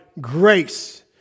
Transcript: grace